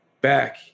back